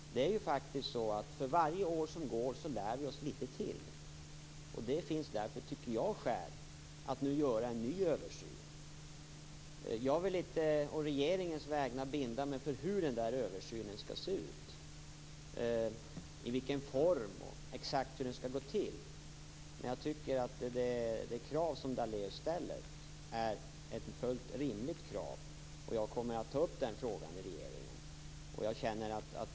Fru talman! Jag tycker att den argumentation som Lennart Daléus har känns väldigt tung och väldigt riktig. För varje år som går lär vi oss litet till. Därför tycker jag att det nu finns skäl att göra en ny översyn. Jag vill inte å regeringens vägnar binda mig för hur den översynen skall se ut, i vilken form den skall ske och exakt hur den skall gå till. Men jag tycker att det krav som Lennart Daléus ställer är ett fullt rimligt krav. Jag kommer att ta upp frågan i regeringen.